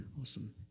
Awesome